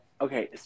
Okay